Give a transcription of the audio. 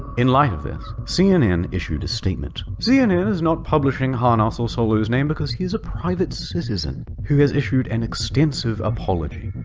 in light of this, cnn issued a statement. cnn is not publishing hanassholesolo's name because he's a private citizen who has issued an extensive apology.